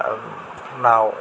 आर now